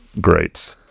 Great